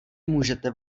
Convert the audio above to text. můžete